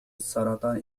السرطان